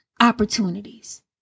opportunities